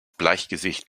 bleichgesicht